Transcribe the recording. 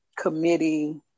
committee